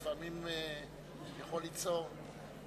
ולפעמים זה יכול ליצור,